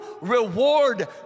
reward